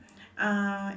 uh